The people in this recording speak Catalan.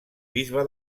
bisbe